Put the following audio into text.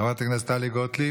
חברת הכנסת טלי גוטליב,